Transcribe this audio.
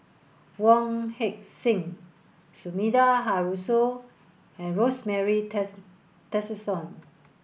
Wong Heck Sing Sumida Haruzo and Rosemary Tessensohn